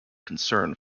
concern